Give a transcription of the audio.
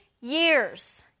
years